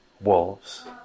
wolves